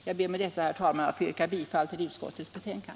Jag ber med detta, herr talman, att få yrka bifall till utskottets hemställan.